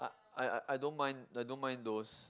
I I I don't mind I don't mind those